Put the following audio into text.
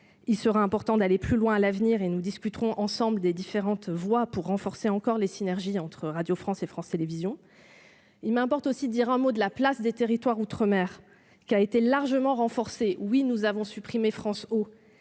Il sera important d'aller plus loin. Nous discuterons ensemble des différentes possibilités pour renforcer encore les synergies entre Radio France et France Télévisions. Il m'importe aussi de dire un mot de la place des territoires outre-mer, qui a été largement renforcée. Oui, nous avons supprimé France Ô,